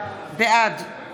בעד